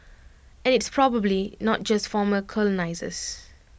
and it's probably not just former colonisers